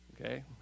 Okay